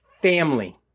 family